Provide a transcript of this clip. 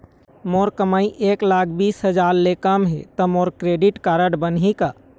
मोर कमाई एक लाख बीस हजार ले कम हे त मोर क्रेडिट कारड बनही का?